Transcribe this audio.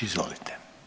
Izvolite.